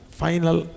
final